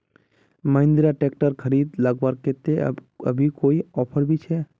Mahindra tractor खरीद लगवार केते अभी कोई ऑफर भी छे?